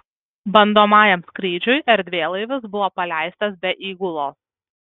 bandomajam skrydžiui erdvėlaivis buvo paleistas be įgulos